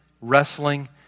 wrestling